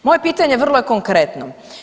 Moje pitanje vrlo je konkretno.